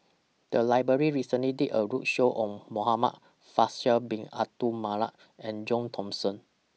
The Library recently did A roadshow on Muhamad Faisal Bin Abdul Manap and John Thomson